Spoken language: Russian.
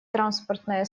транспортное